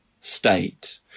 state